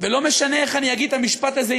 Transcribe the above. ולא משנה איך אני אגיד את המשפט הזה,